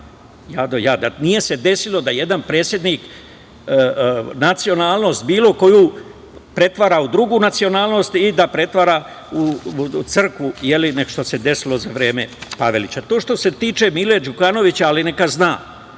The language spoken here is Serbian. nije se desilo da jedan predsednik bilo koju nacionalnost pretvara u drugu nacionalnost i da pretvara crkvu, nego što se desilo za vreme Pavelića. Što se tiče Mila Đukanovića, ali neka zna,